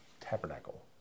tabernacle